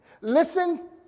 Listen